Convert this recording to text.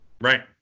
Right